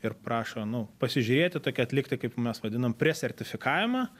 ir prašo nu pasižiūrėti tokį atlikti kaip mes vadinam presertifikavimą